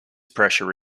pressure